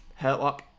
Hurtlock